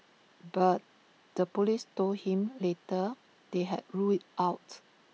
but the Police told him later they had ruled IT out